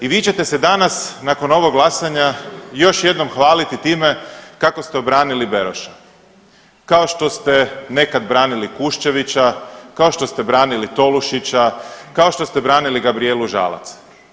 I vi ćete se danas nakon ovog glasanja još jednom hvaliti time kako ste obranili Beroša kao što ste nekad branili Kušćevića, kao što ste branili Tolušića, kao što ste branili Gabrijelu Žalac.